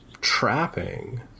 trapping